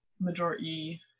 majority